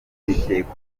bikekwa